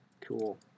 Cool